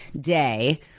Day